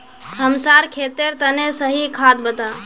हमसार खेतेर तने सही खाद बता